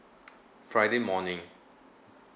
friday morning